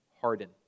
harden